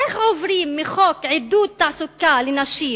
איך עוברים מחוק עידוד תעסוקה לנשים,